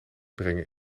brengen